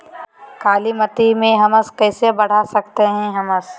कालीमती में हमस कैसे बढ़ा सकते हैं हमस?